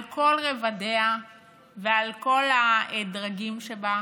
על כל רבדיה ועל כל הדרגים שבה,